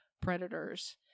predators